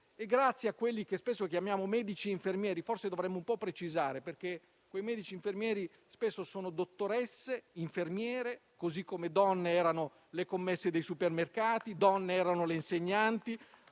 grazie a quelli che spesso chiamiamo medici e infermieri. Forse dovremmo precisare che quei medici e quegli infermieri spesso sono dottoresse e infermiere, così come donne erano le commesse dei supermercati, le insegnanti,